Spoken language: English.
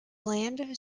land